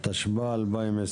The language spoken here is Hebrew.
התשפ"א 2021,